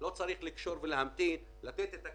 זרקתם אותם לפח והלכתם ל- -- ספציפי